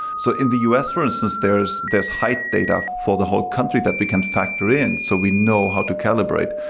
so in the u s, for instance, there's there's height data for the whole country that we can factor in so we know how to calibrate,